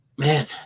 man